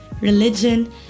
religion